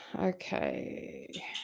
okay